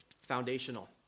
foundational